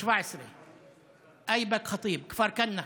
חסינות פרלמנטרית,